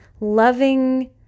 loving